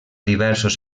diversos